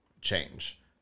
change